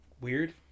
weird